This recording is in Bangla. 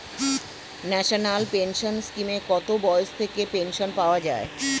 ন্যাশনাল পেনশন স্কিমে কত বয়স থেকে পেনশন পাওয়া যায়?